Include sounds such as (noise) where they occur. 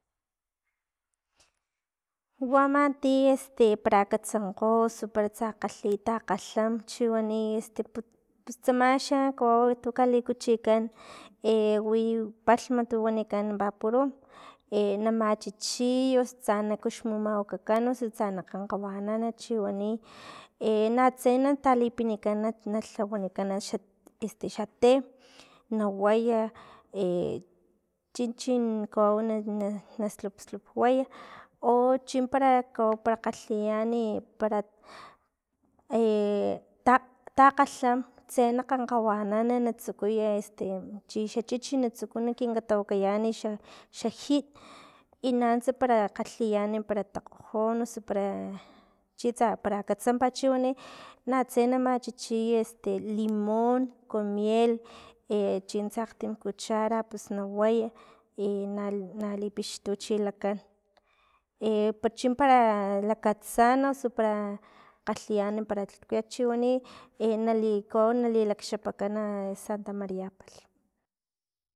Wa ama ti este para akatsankgo osu para tsa kgalhi taakgalham chiwani este ts- tsama xa kawau tu likuchikan (hesitation) wipalhm tu wanikan baporu, (hesitation) namachichiy osu tsa na kuxmumaguakakan osu tsa na kgakgawanan chiwani (hesitation) natse na talipinikan na lhawanikan xa este xa te nawaya (hesitation) chichi kawaw na- na sulp sulp waya o chimpara kawau para kgalhiyani para (hesitation) tak- taakgalham tse na kgankgawanan na- na tsukuy este chi xa chichi ma tsukay kinkatawakayan ani xa- xin y na nuts para kgalhiyan para takgojon osu para chitsa para katsampat chiwani, natse na machichiy este limon con miel (hesitation) chintsa akgtim cuchara pus na way y na- na li puxtuchilakan (hesitation) chimpara katsan osu para kgalhiyan para lhkuyat o chiwani (hesitation) nali kawau na lilakxapakan santamaria palhm.